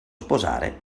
sposare